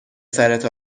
سرت